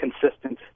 consistent